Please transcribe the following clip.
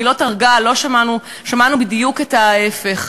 מילות הרגעה לא שמענו, שמענו בדיוק את ההפך.